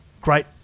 great